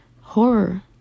horror